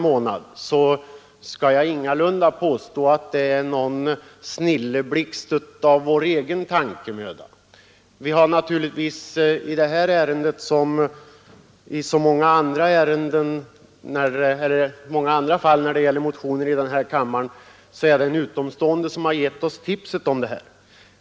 Jag vill ingalunda påstå att det var någon snilleblixt av vår egen tankemöda, när herr Karlsson i Mariefred och jag väckte den här motionen i januari månad. Såväl i detta ärende som i fråga om många andra motioner som väcks i denna kammare är det en utomstående som givit oss ett tips.